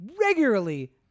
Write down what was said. regularly